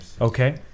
Okay